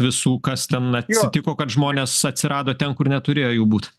visų kas ten atsitiko kad žmonės atsirado ten kur neturėjo jų būt